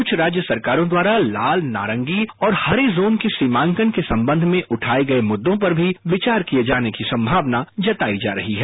कुछ राज्य सरकारों द्वारा लाल नारंगी और हरे जोन की सीमांकन के संबंध में उठाए गए मुद्दों पर भी विचार किए जाने की संभावना जताई जा रही है